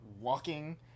walking